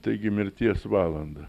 taigi mirties valandą